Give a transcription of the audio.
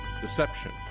deception